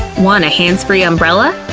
want a hands-free umbrella?